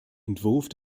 entwurf